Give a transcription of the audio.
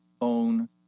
own